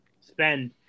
spend